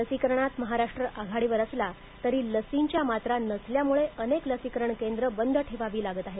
लसीकरणात महाराष्ट्र आघाडीवर असला तरी लसींच्या मात्रा नसल्यामुळे अनेक लसीकरण केंद्र बंद ठेवावी लागत आहेत